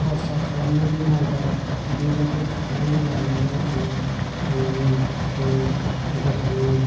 सरसा खालामनानै नायबाय बेबायदि खारनानै नायनायाव आङो आंनि देहानि